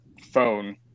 phone